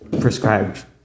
prescribed